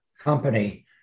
company